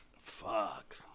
Fuck